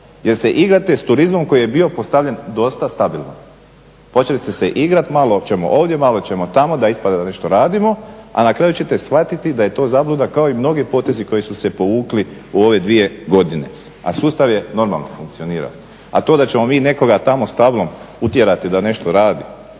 jel se igrate s turizmom koji je bio postavljen dosta stabilno. Počeli ste se igrati malo ćemo ovdje, malo ćemo tamo da ispada da nešto radimo, a na kraju ćete shvatiti da je to zabluda kao i mnogi potezi koji su se povukli u ove dvije godine, a sustav je normalno funkcionirao. A to da ćemo mi nekoga tamo s tablom utjerati da nešto radi